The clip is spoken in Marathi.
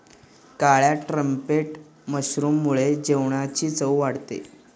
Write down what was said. काळ्या ट्रम्पेट मशरूममुळे जेवणाची चव वाढते